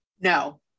No